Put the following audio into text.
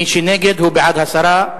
מי שנגד, הוא בעד הסרה.